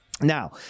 Now